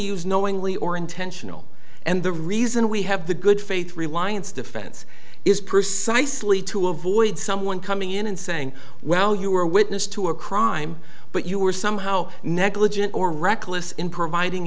use knowingly or intentional and the reason we have the good faith reliance defense is precisely to avoid someone coming in and saying well you were a witness to a crime but you were somehow negligent or reckless in providing